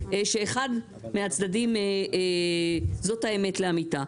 שאחד מהצדדים זאת האמת לאמיתה.